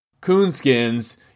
coonskin's